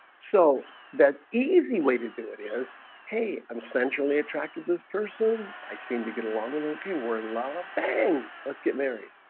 so that easy way to do it is hey i'm centrally attracted this person i seem to get along a little few were in love let's get married.